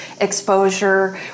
exposure